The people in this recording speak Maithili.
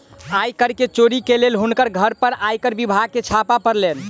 आय कर के चोरी के लेल हुनकर घर पर आयकर विभाग के छापा पड़लैन